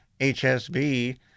HSV